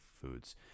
foods